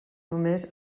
només